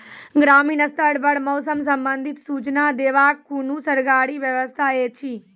ग्रामीण स्तर पर मौसम संबंधित सूचना देवाक कुनू सरकारी व्यवस्था ऐछि?